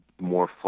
more